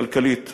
כלכלית,